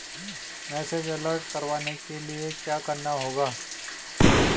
Message alert करवाने के लिए क्या करना होगा?